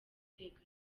guteka